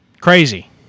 crazy